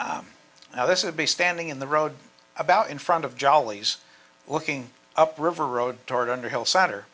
now this would be standing in the road about in front of jollies looking up river road toward underhill